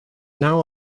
now